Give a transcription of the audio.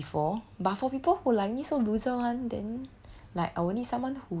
or you have done it before but for people who like me so looser one then